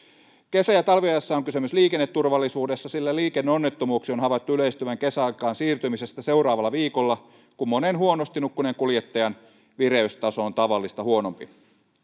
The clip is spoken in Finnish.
kesä ja talviajassa on kysymys liikenneturvallisuudesta sillä liikenneonnettomuuksien on havaittu yleistyvän kesäaikaan siirtymisestä seuraavalla viikolla kun monen huonosti nukkuneen kuljettajan vireystaso on tavallista huonompi